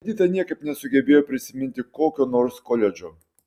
edita niekaip nesugebėjo prisiminti kokio nors koledžo